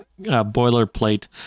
boilerplate